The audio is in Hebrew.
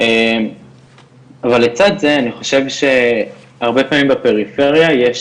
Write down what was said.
אבל לצד זה אני חושב שהרבה פעמים בפריפריה יש